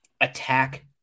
attack